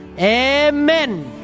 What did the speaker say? Amen